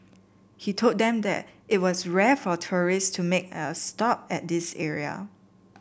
he told them that it was rare for tourists to make a stop at this area